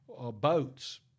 boats